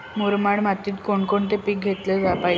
मुरमाड मातीत कोणकोणते पीक घेतले पाहिजे?